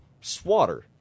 Swatter